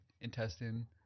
intestine